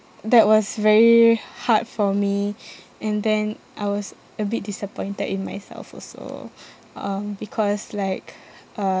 that was very hard for me and then I was a bit disappointed in myself also um because like uh